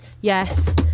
Yes